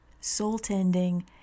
soul-tending